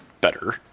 better